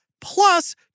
plus